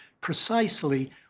precisely